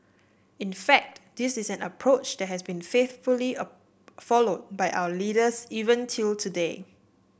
in fact this is an approach that has been faithfully followed by our leaders even till today